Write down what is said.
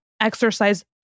exercise